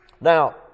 Now